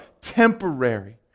temporary